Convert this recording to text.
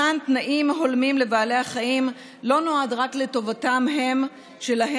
מתן תנאים הולמים לבעלי החיים לא נועד רק לטובתם שלהם,